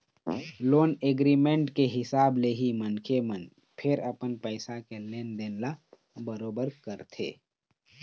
loan agreement के हिसाब ले ही मनखे मन फेर अपन पइसा के लेन देन ल बरोबर करथे